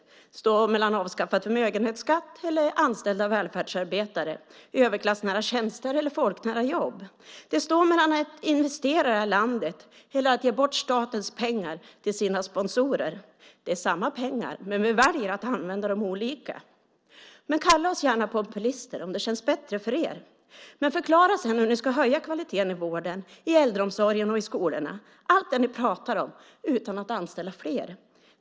Det står mellan avskaffande av förmögenhetsskatt och anställda välfärdsarbetare, överklassnära tjänster och folknära jobb. Det står mellan att investera i landet och att ge bort statens pengar till sponsorer. Det är samma pengar, men vi väljer att använda dem olika. Kalla oss gärna för populister om det känns bättre för er. Men förklara sedan hur man ska höja kvaliteten i vården, i äldreomsorgen och i skolorna, allt det ni pratar om, utan att anställa fler.